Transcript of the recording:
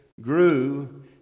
grew